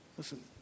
Listen